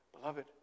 beloved